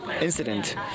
incident